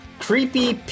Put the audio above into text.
Creepy